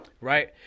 Right